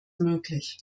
möglich